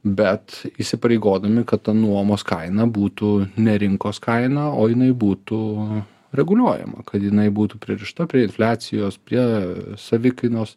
bet įsipareigodami kad ta nuomos kaina būtų ne rinkos kaina o jinai būtų reguliuojama kad jinai būtų pririšta prie infliacijos prie savikainos